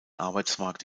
arbeitsmarkt